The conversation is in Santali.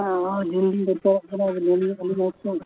ᱦᱳᱭ ᱡᱤᱞ ᱞᱤᱧ ᱫᱚᱨᱠᱟᱨᱟᱜ ᱠᱟᱱᱟ